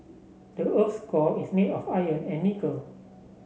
the earth's core is made of iron and nickel